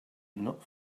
not